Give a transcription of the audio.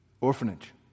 orphanage